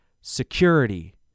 security